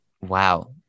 Wow